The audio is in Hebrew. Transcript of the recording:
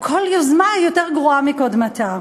כל יוזמה גרועה יותר מקודמתה.